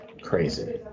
crazy